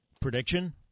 Prediction